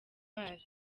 d’ivoire